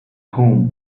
home